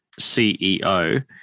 CEO